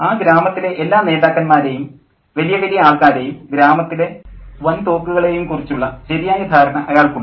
ആ ഗ്രാമത്തിലെ എല്ലാ നേതാക്കന്മാരേയും വലിയ വലിയ ആൾക്കാരേയും ഗ്രാമത്തിലെ വൻ തോക്കുകളേയും കുറിച്ചുള്ള ശരിയായ ധാരണ അയാൾക്കുണ്ട്